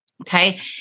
Okay